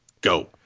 go